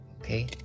Okay